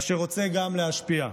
אשר רוצה גם להשפיע.